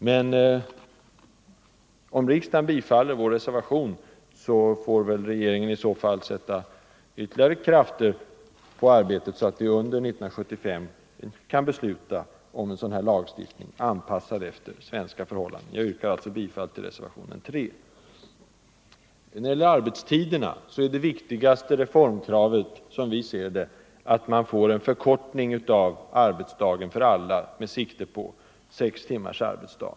Men om riksdagen bifaller vår reservation får väl kvinnor, m.m. regeringen sätta in ytterligare krafter, så att vi under 1975 kan besluta om en sådan lagstiftning, anpassad efter svenska förhållanden. Jag yrkar alltså bifall till reservationen 3. När det sedan gäller arbetstiderna är det viktigaste reformkravet, som vi ser det, att man får en förkortning av arbetsdagen för alla, med sikte på sex timmars arbetsdag.